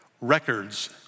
Records